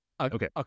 Okay